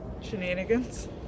shenanigans